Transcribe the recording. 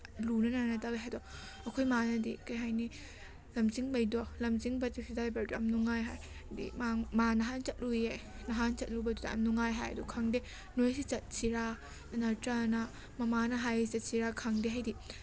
ꯂꯨꯅ ꯅꯥꯟꯅ ꯇꯧꯋꯤ ꯍꯥꯏꯗꯣ ꯑꯩꯈꯣꯏ ꯃꯥꯅꯗꯤ ꯀꯩ ꯍꯥꯏꯅꯤ ꯂꯝꯖꯤꯡꯕꯩꯩꯗꯣ ꯂꯝꯖꯤꯡꯕ ꯇꯦꯛꯁꯤ ꯗ꯭ꯔꯥꯏꯚꯔꯗꯣ ꯌꯥꯝ ꯅꯨꯡꯉꯥꯏ ꯍꯥꯏ ꯍꯥꯏꯗꯤ ꯃꯥ ꯅꯍꯥꯟ ꯆꯠꯂꯨꯏꯌꯦ ꯅꯍꯥꯟ ꯆꯠꯂꯨꯕꯗꯨꯗ ꯌꯥꯝ ꯅꯨꯡꯉꯥꯏ ꯍꯥꯏ ꯑꯗꯣ ꯈꯪꯗꯦ ꯅꯣꯏꯁꯤ ꯆꯠꯁꯤꯔꯥ ꯑꯗꯨ ꯅꯠꯇ꯭ꯔꯒꯅ ꯃꯃꯥꯅ ꯍꯥꯏꯔꯤꯁꯦ ꯆꯠꯁꯤꯔꯥ ꯈꯪꯗꯦ ꯍꯥꯏꯗꯤ